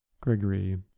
Gregory